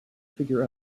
figure